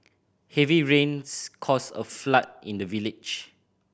heavy rains caused a flood in the village